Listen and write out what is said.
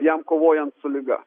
jam kovojant su liga